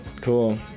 Cool